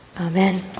Amen